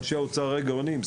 אנשי האוצר הרי גאונים,